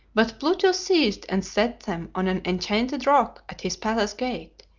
but pluto seized and set them on an enchanted rock at his palace gate,